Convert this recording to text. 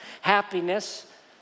happiness